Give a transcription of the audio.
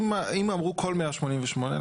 אם אמרו כל 188,